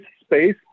space